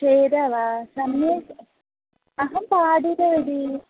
श्वेता वा सम्यक् अहं पाठितवती